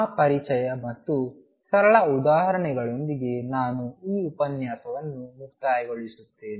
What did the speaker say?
ಆ ಪರಿಚಯ ಮತ್ತು ಸರಳ ಉದಾಹರಣೆಯೊಂದಿಗೆ ನಾನು ಈ ಉಪನ್ಯಾಸವನ್ನು ಮುಕ್ತಾಯಗೊಳಿಸುತ್ತೇನೆ